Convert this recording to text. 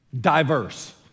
diverse